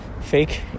fake